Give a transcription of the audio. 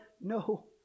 No